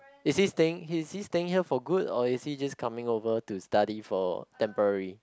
is his staying is his staying here for good or is he just coming over to study for temporary